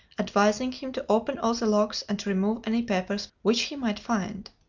advising him to open all the locks and to remove any papers which he might find.